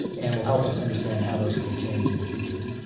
and will help us understand how those may change in the future.